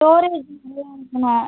storage நிறையா இருக்கணும்